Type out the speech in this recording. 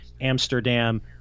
Amsterdam